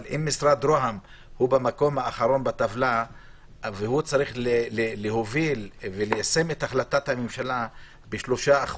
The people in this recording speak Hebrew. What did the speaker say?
והוא במקום האחרון בטבלה והוא צריך להוביל וליישם את החלטת הממשלה ב-3%,